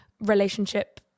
relationship